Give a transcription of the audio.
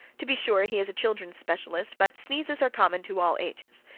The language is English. to be sure, he is a children's specialist, but sneezes are common to all ages.